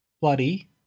bloody